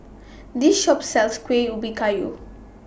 This Shop sells Kueh Ubi Kayu